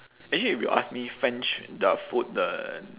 actually if you ask me french their food the